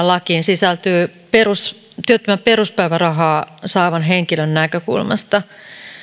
lakiin sisältyy työttömän peruspäivärahaa saavan henkilön näkökulmasta